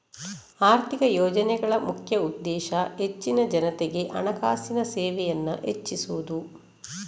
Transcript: ಆರ್ಥಿಕ ಯೋಜನೆಗಳ ಮುಖ್ಯ ಉದ್ದೇಶ ಹೆಚ್ಚಿನ ಜನತೆಗೆ ಹಣಕಾಸಿನ ಸೇವೆಯನ್ನ ಹೆಚ್ಚಿಸುದು